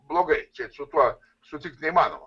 blogai čia su tuo sutikt neįmanoma